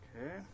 Okay